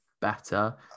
better